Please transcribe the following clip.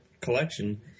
collection